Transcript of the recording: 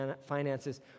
finances